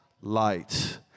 light